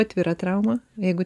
atvira trauma jeigu